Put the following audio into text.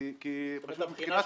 כי פשוט מבחינת אחוזי השוק --- זאת